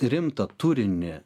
rimtą turinį